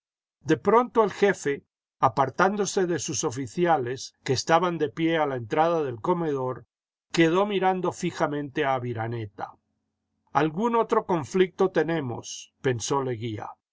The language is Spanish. de pronto el jefe apartándose de sus oficiales que estaban de pie a la entrada del comedor quedó mirando fijamente a aviraneta algún otro conflicto tenemos pensó leguía el